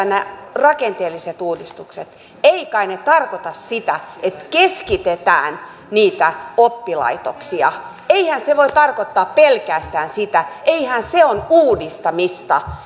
nämä rakenteelliset uudistukset voi tarkoittaa sitä eivät kai ne tarkoita sitä että keskitetään niitä oppilaitoksia eihän se voi tarkoittaa pelkästään sitä eihän se ole uudistamista